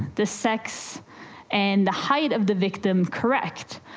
the sex and the height of the victim correct,